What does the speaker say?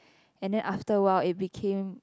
and then after a while it became